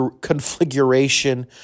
configuration